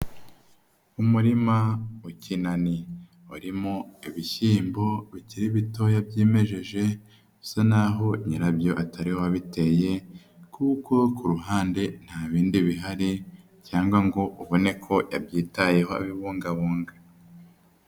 Umurima w'ikinani urimo ibishyimbo bikiri bitoya byimejeje, bisa naho nyirabyo atari we wabiteye kuko ku ruhande nta bindi bihari cyangwa ngo ubone ko yabyitayeho abibungabunga.